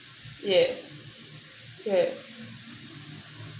yes yes